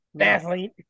athlete